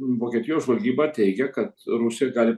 vokietijos žvalgyba teigia kad rusija gali